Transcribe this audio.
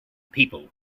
people